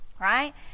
right